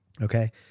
Okay